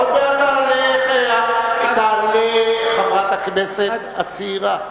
עוד מעט תעלה חברת הכנסת הצעירה,